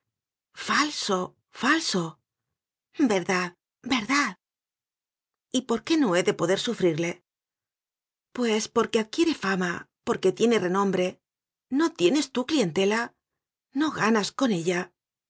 falso falso verdad verdad y por qué no he de poder sufrirle pues porque adquiere fama porque tiene renombre no tienes tú clientela no ganas con ella